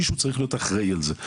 מישהו צריך להיות אחראי על זה.